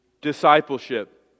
discipleship